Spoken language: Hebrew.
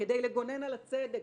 כדי לגונן על הצדק,